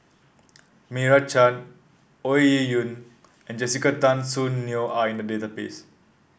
Meira Chand Ong Ye Kung and Jessica Tan Soon Neo are in the database